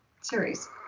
series